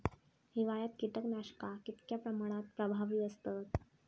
हिवाळ्यात कीटकनाशका कीतक्या प्रमाणात प्रभावी असतत?